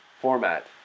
format